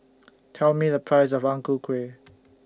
Tell Me The Price of Ang Ku Kueh